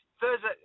Thursday